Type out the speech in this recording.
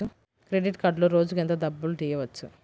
Credit కార్డులో రోజుకు ఎంత డబ్బులు తీయవచ్చు?